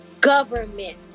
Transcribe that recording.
government